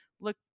look